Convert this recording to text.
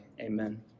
Amen